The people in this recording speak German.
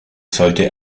sollte